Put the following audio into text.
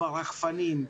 ברחפנים,